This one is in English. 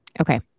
Okay